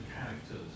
characters